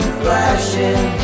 flashing